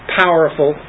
powerful